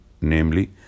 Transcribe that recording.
namely